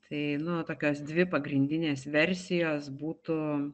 tai nu tokios dvi pagrindinės versijos būtų